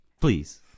please